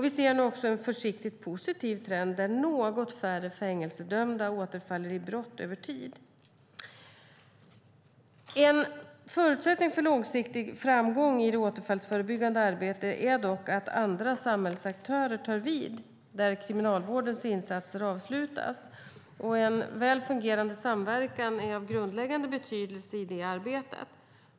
Vi ser nu också en försiktigt positiv trend där något färre fängelsedömda återfaller i brott över tid. En förutsättning för långsiktig framgång i det återfallsförebyggande arbetet är dock att andra samhällsaktörer tar vid där Kriminalvårdens insatser avslutas. En väl fungerande samverkan är av grundläggande betydelse i det arbetet.